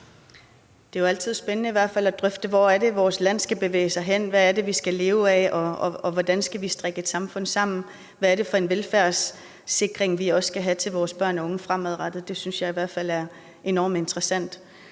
hvert fald altid spændende at drøfte, hvor det er, vores land skal bevæge sig hen, hvad det er, vi skal leve af, hvordan vi skal strikke et samfund sammen, og hvad det er for en velfærdssikring, vi også skal have til vores børn og unge fremadrettet. Det synes jeg i hvert fald er enormt interessant.